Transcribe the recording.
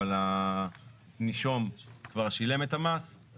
אבל הנישום כבר שילם את המס,